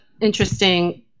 interesting